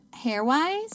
Hair-wise